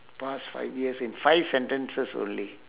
past five years in five sentences only